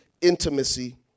intimacy